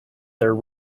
their